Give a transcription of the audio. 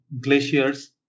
glaciers